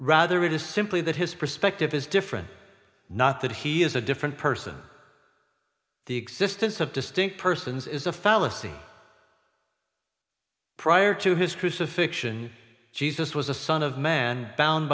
rather it is simply that his perspective is different not that he is a different person or the existence of distinct persons is a fallacy prior to his crucifixion jesus was a son of man bound